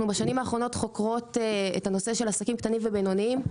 בשנים האחרונות אנחנו חוקרות את הנושא של עסקים קטנים ובינוניים.